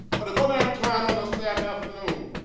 or to go downtown on a saturday afternoon